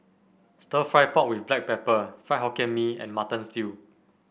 stir fry pork with Black Pepper Fried Hokkien Mee and Mutton Stew